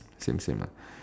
same same lah